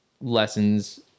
lessons